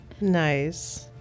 Nice